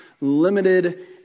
limited